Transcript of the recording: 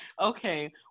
Okay